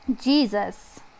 Jesus